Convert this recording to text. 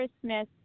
Christmas